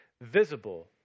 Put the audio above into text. visible